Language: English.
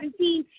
2017